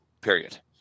period